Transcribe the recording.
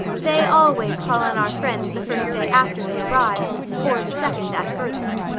they always call on our friends the first day after they arrive or the second, at furthest.